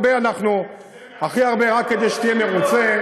הרי הרבה, רק כדי שתהיה מרוצה,